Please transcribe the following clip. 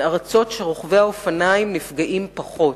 ארצות שרוכבי האופניים נפגעים בהן פחות.